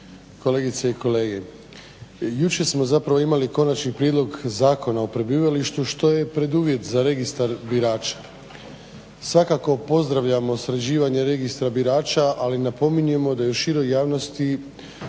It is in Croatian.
kolegice i kolege. Jučer smo zapravo imali konačni prijedlog Zakona o prebivalištu što je preduvjet za registar birača. Svakako pozdravljamo sređivanje registra birača ali napominjemo da je u široj javnosti